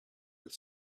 with